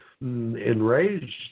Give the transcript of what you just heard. enraged